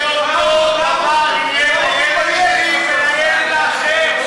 אני רוצה שאותו דבר יהיה לילד שלי ולילד האחר,